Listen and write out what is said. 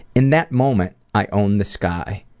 in that moment, i owned the sky.